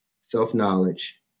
self-knowledge